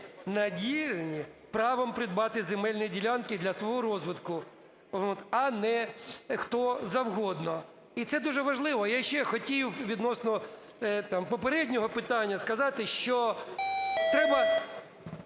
наділені правом придбати земельні ділянки для свого розвитку, а не хто завгодно, і це дуже важливо. Я ще хотів відносно попереднього питання сказати, що треба